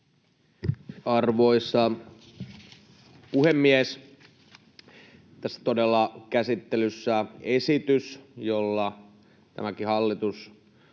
Arvoisa puhemies! Tässä todella käsittelyssä esitys, josta tämäkin hallitus